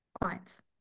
clients